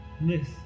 Miss